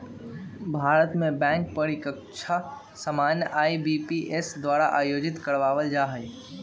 भारत में बैंक परीकछा सामान्य आई.बी.पी.एस द्वारा आयोजित करवायल जाइ छइ